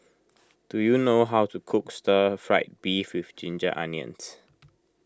do you know how to cook Stir Fried Beef with Ginger Onions